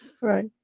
Right